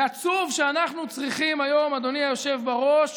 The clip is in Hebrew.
זה עצוב שאנחנו צריכים היום, אדוני היושב בראש,